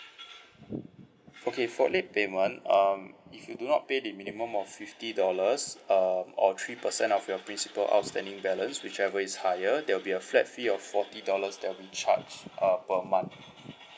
okay for late payment um if you do not pay the minimum of fifty dollars um or three percent of your principal outstanding balance whichever is higher there will be a flat fee of forty dollars that will be charged uh per month